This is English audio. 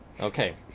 Okay